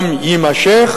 גם יימשך.